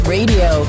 Radio